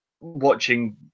watching